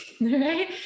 right